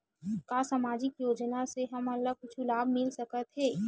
का सामाजिक योजना से हमन ला कुछु लाभ मिल सकत हे?